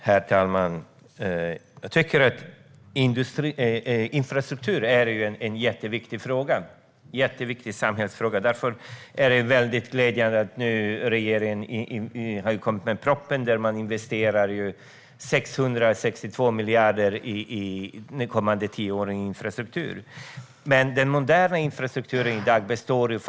Herr talman! Infrastruktur är en jätteviktig samhällsfråga. Därför är det glädjande att regeringen i sin proposition investerar 662 miljarder i infrastruktur de kommande tio åren. Men dagens moderna infrastruktur består av mer.